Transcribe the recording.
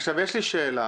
יש לי שאלה.